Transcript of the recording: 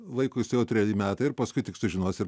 vaikui suėjo treti metai ir paskui tik sužinos ir